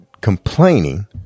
complaining